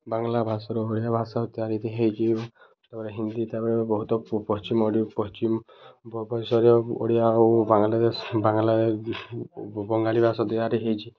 ବଙ୍ଗାଳୀ ଭାଷାରୁ ଓଡ଼ିଆ ଭାଷା ତିଆରିିତି ହେଇଛି ତା'ପରେ ହିନ୍ଦୀ ତା'ପରେ ବହୁତ ପଶ୍ଚିମ ଓଡ଼ି ପଶ୍ଚିମ ଓଡ଼ିଆ ହଉ ବାଙ୍ଗାଲାଦେଶ ବାଙ୍ଗାଲା ବଙ୍ଗାଳୀ ଭାଷା ହେଇଛି